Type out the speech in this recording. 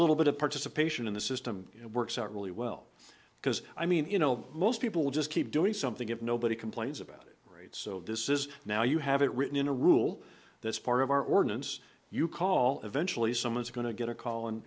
little bit of participation in the system you know works out really well because i mean you know most people just keep doing something if nobody complains about it right so this is now you have it written in a rule this part of our ordinance you call eventually someone's going to get a call and